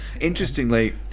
interestingly